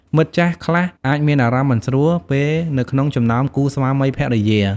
មិត្តចាស់ខ្លះអាចមានអារម្មណ៍មិនស្រួល ពេលនៅក្នុងចំណោមគូស្វាមីភរិយា។